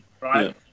right